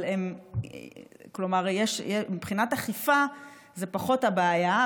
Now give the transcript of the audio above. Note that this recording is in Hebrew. אבל מבחינת אכיפה זה פחות הבעיה.